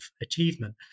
achievement